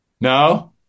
No